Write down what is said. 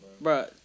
bro